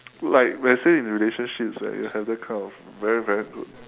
like we're still in relationships where we'll have that kind of very very good